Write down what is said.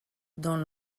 dans